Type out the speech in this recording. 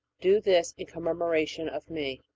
do this in commemoration of me.